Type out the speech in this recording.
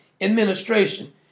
administration